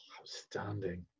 outstanding